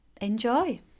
enjoy